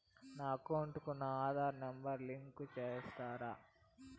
నా అకౌంట్ కు నా ఆధార్ నెంబర్ లింకు చేసారా